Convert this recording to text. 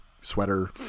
sweater